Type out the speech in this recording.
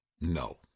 No